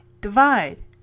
Divide